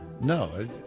no